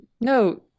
no